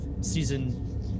season